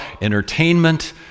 entertainment